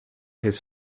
his